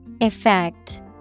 Effect